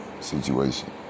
situation